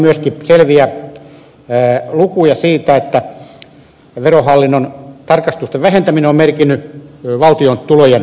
siinä on myöskin selviä lukuja siitä että verohallinnon tarkastusten vähentäminen on merkinnyt valtion tulojen vähentymistä